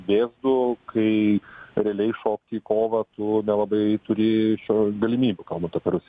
vėzdu kai realiai šokt į kovą tų nelabai turi šių galimybių kalbant apie rusiją